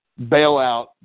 bailout